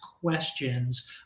questions